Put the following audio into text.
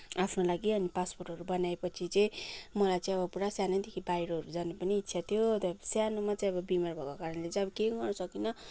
आफ्नो लागि अनि पासपोर्टहरू बनाएपछि चाहिँ मलाई चाहिँ अब पुरा सानैदेखि बाहिरहरू जान पनि इच्छा थियो र सानोमा चाहिँ बिमार भएको कारणले चाहिँ अब केही गर्न सकिनँ